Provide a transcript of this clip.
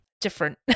different